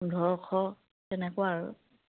পোন্ধৰশ তেনেকুৱা আৰু